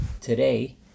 Today